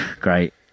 great